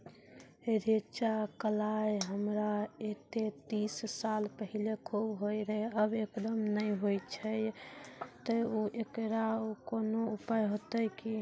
रेचा, कलाय हमरा येते तीस साल पहले खूब होय रहें, अब एकदम नैय होय छैय तऽ एकरऽ कोनो उपाय हेते कि?